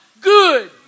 good